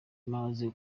namaze